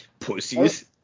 pussies